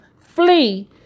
flee